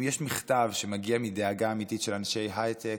אם יש מכתב שמגיע מדאגה אמיתית של אנשי הייטק,